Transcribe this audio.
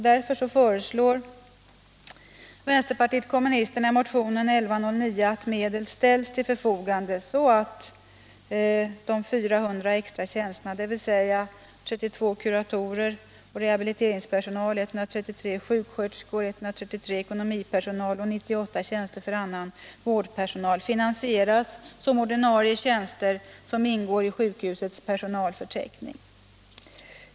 Därför föreslår vänsterpartiet kommunisterna i motionen 1109 att medel ställs till förfogande så att de 400 extra tjänsterna — 32 för kuratorer och rehabiliteringspersonal, 133 för sjuksköterskor, 133 för ekonomipersonal och 98 för annan vårdpersonal — finansieras som ordinarie tjänster vilka ingår i sjukhusets personalförteckning.